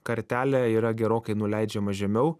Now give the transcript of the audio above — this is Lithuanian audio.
kartelė yra gerokai nuleidžiama žemiau